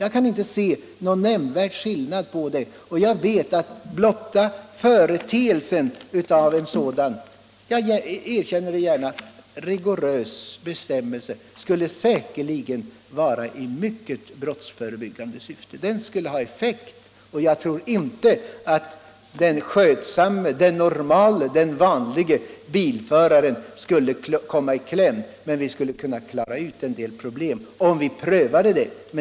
Jag kan inte se någon nämnvärd skillnad härvidlag, och jag vet att blotta förekomsten av en sådan här — jag medger det gärna — rigorös bestämmelse skulle kraftigt verka i brottsförebyggande syfte. Jag tror inte att den skötsamme, den normale, den vanlige bilföraren skulle komma i kläm, men vi skulle kunna klara av en del problem, om vi prövade det.